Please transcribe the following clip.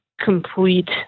complete